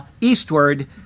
eastward